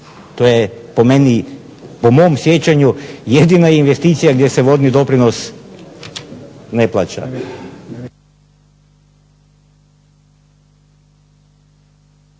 To je po meni, po mom sjećanju jedina investicija gdje se vodni doprinos ne plaća.